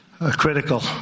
Critical